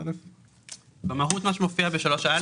במהות מה שמופיע ב-3א,